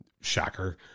shocker